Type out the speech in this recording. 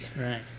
Right